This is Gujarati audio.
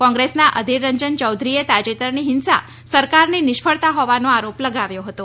કોંગ્રેસના અધિર રંજન યૌધરીએ તાજેતરની હિંસા સરકારની નિષ્ફળતા હોવાનો આરોપ લગાવ્યો હતો